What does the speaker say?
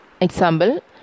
Example